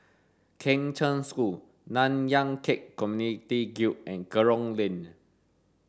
Kheng Cheng School Nanyang Khek Community Guild and Kerong Lane